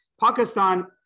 Pakistan